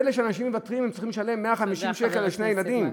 פלא שאנשים מוותרים אם הם צריכים לשלם 150 שקל על שני הילדים?